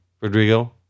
Rodrigo